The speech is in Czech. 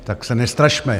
Tak se nestrašme.